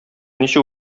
ничек